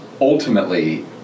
ultimately